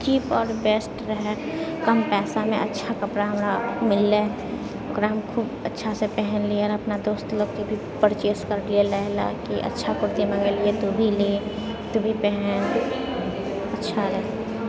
cheap आओर best रहय कम पैसामे बहुत अच्छा कपड़ा मिललय ओकरा हम खूब अच्छासँ पहिरलियै ओकरा हम दोस्त लोकके भी परचेज करबेलियै कि अच्छा कुर्ती मँगबेलियै तू भी ले तू भी पहन अच्छा रहय